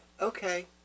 okay